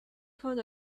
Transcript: found